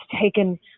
taken